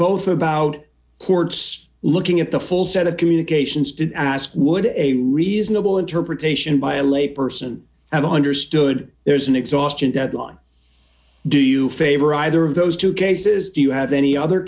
both about courts looking at the full set of communications to ask would a reasonable interpretation by a lay person and understood there's an exhaustion deadline do you favor either of those two cases do you have any other